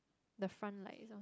the front light is on